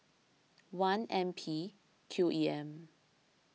one N P Q E M